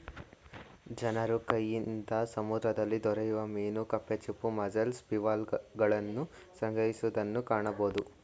ಜನರು ಕೈಯಿಂದ ಸಮುದ್ರದಲ್ಲಿ ದೊರೆಯುವ ಮೀನು ಕಪ್ಪೆ ಚಿಪ್ಪು, ಮಸ್ಸೆಲ್ಸ್, ಬಿವಾಲ್ವಗಳನ್ನು ಸಂಗ್ರಹಿಸುವುದನ್ನು ಕಾಣಬೋದು